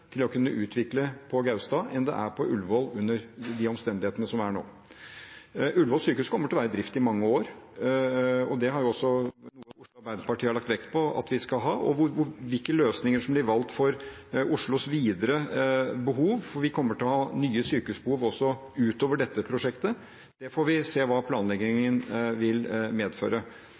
til å kunne utvikle på Gaustad, enn det er på Ullevål, under de omstendighetene som er nå. Ullevål sykehus kommer til å være drift i mange år, og det er noe Oslo Arbeiderparti har lagt vekt på at vi skal ha. Når det gjelder hvilke løsninger som blir valgt for Oslos videre behov – vi kommer til å ha nye sykehusbehov også utover dette prosjektet – får vi se hva planleggingen vil medføre.